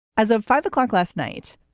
as of five o'clock last night,